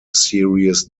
serious